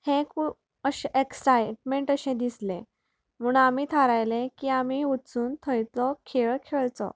हें खूब अशें एक्सायटमेंय अशें दिसले म्हणून आमी थारायलें की आमी वचून थंय तो खेळ खेळचो